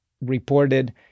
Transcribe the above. reported